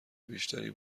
بیشتری